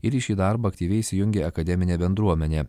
ir į šį darbą aktyviai įsijungė akademinė bendruomenė